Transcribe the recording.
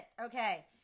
Okay